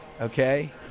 Okay